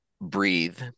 breathe